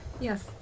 Yes